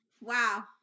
Wow